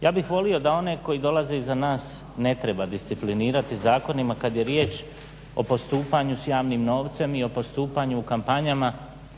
Ja bih volio da one koji dolaze iza nas ne treba disciplinirati zakonima kad je riječ o postupanju s javnim novcem i o postupanju s kampanjama